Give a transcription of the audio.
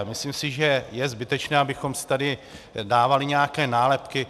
Myslím si, že je zbytečné, abychom si tady dávali nějaké nálepky.